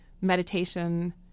meditation